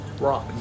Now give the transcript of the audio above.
Rock